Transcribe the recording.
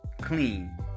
clean